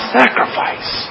sacrifice